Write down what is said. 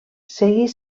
seguir